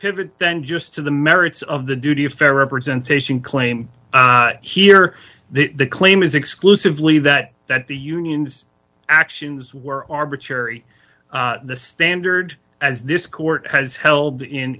pivot then just to the merits of the duty of fair representation claim here the claim is exclusively that that the union's actions were arbitrary the standard as this court has held in